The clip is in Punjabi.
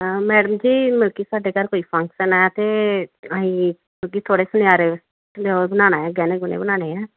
ਮੈਡਮ ਜੀ ਮਤਲਬ ਕਿ ਸਾਡੇ ਘਰ ਕੋਈ ਫੰਕਸ਼ਨ ਹੈ ਅਤੇ ਅਸੀਂ ਤੁਸੀਂ ਥੋੜ੍ਹੇ ਸੁਨਿਆਰੇ ਹੋ ਬਣਾਉਣਾ ਹੈ ਗਹਿਣੇ ਗੁਹਣੇ ਬਣਾਉਣੇ ਹੈ